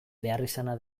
beharrizana